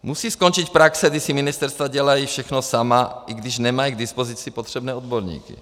Musí skončit praxe, kdy si ministerstva dělají všechno sama, i když nemají k dispozici potřebné odborníky.